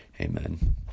Amen